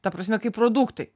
ta prasme kai produktai